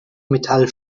metall